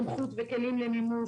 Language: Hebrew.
סמכות וכלים למימוש.